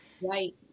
right